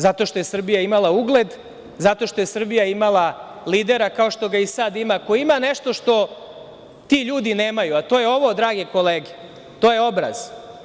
Zato što je Srbija imala ugled, zato što je Srbija imala lidera kao što ga i sada ima, koja ima nešto što ti ljudi nemaju, a to je ovo drage kolege, obraz.